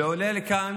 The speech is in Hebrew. ועולה לכאן